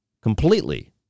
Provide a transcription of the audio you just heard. completely